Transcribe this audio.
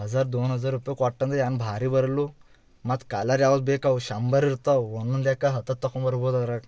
ಹಝಾರ್ ದೋನ್ ಹಝಾರ್ ರೂಪಾಯಿ ಕೊಟ್ಟಂದ್ರೆ ಏನು ಭಾರಿ ಬರಲು ಮತ್ತು ಕಾಲರ್ ಬೇಕೊ ಅವು ಶಂಬರಿರ್ತವೆ ಒಂದೊಂದು ಯಾಕೆ ಹತ್ತತ್ತು ತೊಗೊಂಡು ಬರ್ಬೋದು ಅದ್ರಾಗೆ